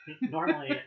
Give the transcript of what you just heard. Normally